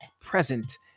present